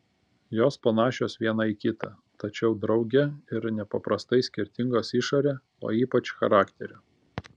jos panašios viena į kitą tačiau drauge ir nepaprastai skirtingos išore o ypač charakteriu